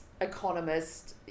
economist